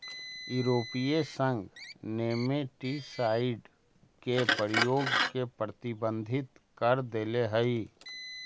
यूरोपीय संघ नेमेटीसाइड के प्रयोग के प्रतिबंधित कर देले हई